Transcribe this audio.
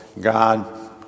God